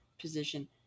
position